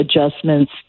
adjustments